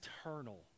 eternal